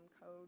code